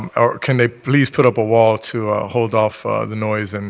um or can they please put up a wall to hold off the noise. and